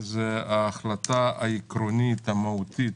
זו ההחלטה העקרונית המהותית